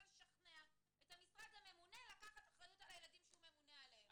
לשכנע את המשרד הממונה לקחת אחריות על הילדים שהוא ממונה עליהם.